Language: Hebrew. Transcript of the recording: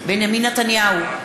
בנימין נתניהו,